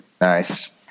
Nice